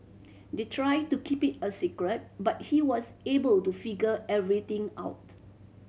they tried to keep it a secret but he was able to figure everything out